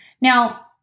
Now